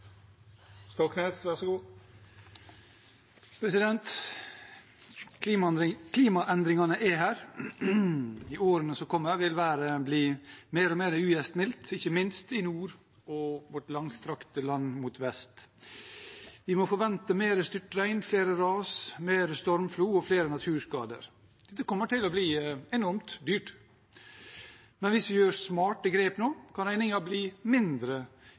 her. I årene som kommer, vil været bli mer og mer ugjestmildt, ikke minst i nord og i vårt langstrakte land mot vest. Vi må forvente mer styrtregn, flere ras, mer stormflo og flere naturskader. Dette kommer til å bli enormt dyrt, men hvis vi gjør smarte grep nå, kan regningen bli mindre